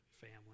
family